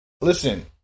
listen